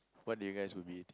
what do you guys would be